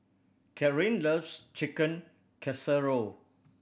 Kathryne loves Chicken Casserole